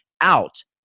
out